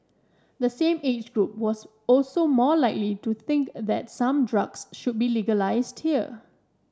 the same age group was also more likely to think that some drugs should be legalised here